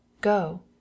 Go